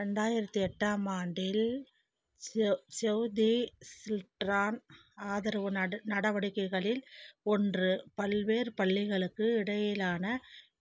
ரெண்டாயிரத்து எட்டாம் ஆண்டில் சேவ் தி சில்ட்ரன் ஆதரவு நடவடிக்கைகளில் ஒன்று பல்வேறு பள்ளிகளுக்கு இடையிலான